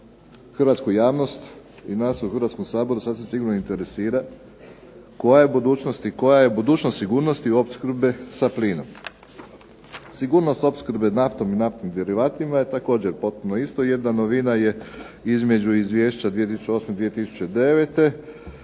hrvatsku javnost i nas u Hrvatskom saboru sasvim sigurno interesira koja je budućnost i koja je budućnost sigurnosti opskrbe sa plinom. Sigurnost opskrbe sa naftom i naftnim derivatima je također potpuno ista. Jedna novina je između izvješća 2008. i 2009.